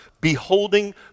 beholding